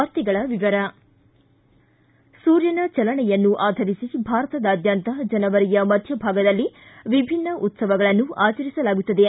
ವಾರ್ತೆಗಳ ವಿವರ ಸೂರ್ಯನ ಚಲನೆಯನ್ನು ಆಧರಿಸಿ ಭಾರತದಾದ್ಯಂತ ಜನವರಿಯ ಮಧ್ಯ ಭಾಗದಲ್ಲಿ ವಿಭಿನ್ನ ಉತ್ಸವಗಳನ್ನು ಆಚರಿಸಲಾಗುತ್ತದೆ